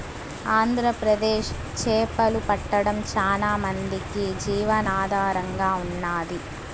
ఆంధ్రప్రదేశ్ చేపలు పట్టడం చానా మందికి జీవనాధారంగా ఉన్నాది